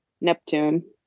Neptune